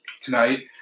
tonight